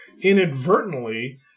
inadvertently